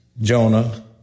Jonah